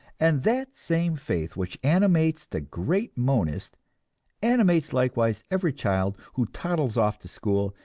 and that same faith which animates the great monist animates likewise every child who toddles off to school,